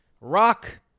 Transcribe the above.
Rock